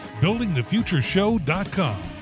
buildingthefutureshow.com